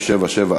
נתקבלה.